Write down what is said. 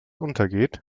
untergeht